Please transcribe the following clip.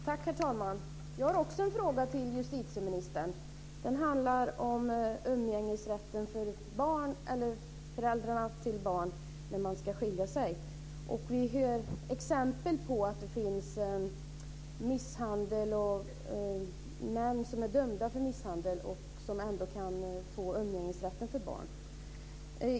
Herr talman! Jag har också en fråga till justitieministern. Den handlar om föräldrars umgängesrätt vid skilsmässa. Vi har hört exempel på män som är dömda för misshandel men som ändå kan få umgängesrätt för sina barn.